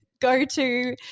go-to